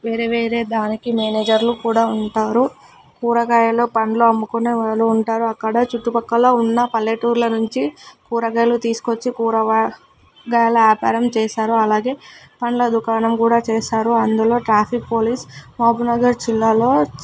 వేరే వేరే దానికి మేనేజర్లు కూడా ఉంటారు కూరగాయలు పళ్ళు అమ్ముకునే వాళ్ళు ఉంటారు అక్కడ చుట్టుపక్కల ఉన్న పల్లెటూర్ల నుంచి కూరగాయలు తీసుకు వచ్చి కూరగాయలు వ్యాపారం చేస్తారు అలాగే పళ్ళ దుకాణం కూడా చేస్తారు అందులో ట్రాఫిక్ పోలీస్ మహబూబ్నగర్ జిల్లాలో